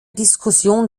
diskussion